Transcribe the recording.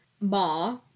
Ma